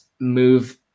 Move